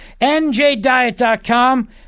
NJDiet.com